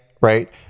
right